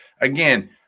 again